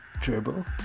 Dribble